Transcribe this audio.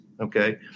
Okay